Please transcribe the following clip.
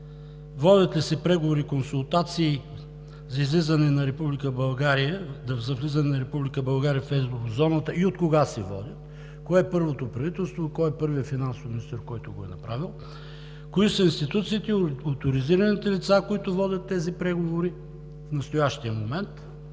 водят ли се преговори и консултации за влизане на Република България в Еврозоната и откога се водят? Кое е първото правителство, кой е първият финансов министър, който го е направил? Кои са институциите и оторизираните лица, които водят тези преговори в настоящия момент?